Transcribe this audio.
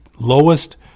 lowest